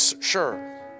sure